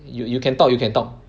you you can talk you can talk